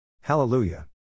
Hallelujah